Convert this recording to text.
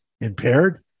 impaired